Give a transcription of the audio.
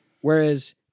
Whereas